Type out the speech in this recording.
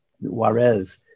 Juarez